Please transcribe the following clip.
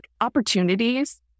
opportunities